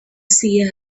seer